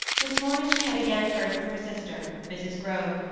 this morning she had again heard from her sister, mrs. grove,